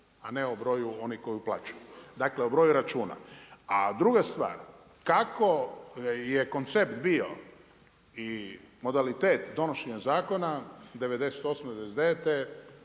a ne o broju onih koji uplaćuju. Dakle o broju računa. A druga stvar, kako je koncept bio i modalitet donošenja zakona, '98., '99.,